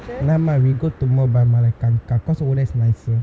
never mind we go to more buy mala cause over there it's nicer